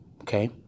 Okay